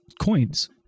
coins